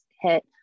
hit